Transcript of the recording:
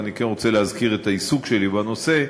אבל אני כן רוצה להזכיר את העיסוק שלי בנושא.